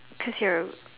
cause you are